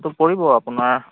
পৰিব আপোনাৰ